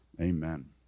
amen